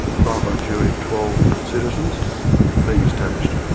trial by jury of twelve citizens being established.